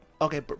Okay